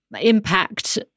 impact